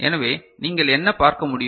எனவே நீங்கள் என்ன பார்க்க முடியும்